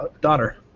daughter